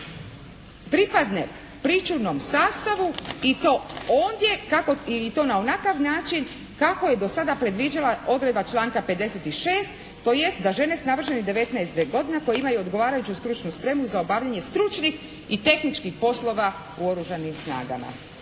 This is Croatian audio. pripadne pričuvnom sastavu i to ondje, i to na onakav način kako je do sada predviđala odredba članka 56. tj. da žene s navršenih 19 godina koje imaju odgovarajuću stručnu spremu za obavljanje stručnih i tehničkih poslova u Oružanim snagama.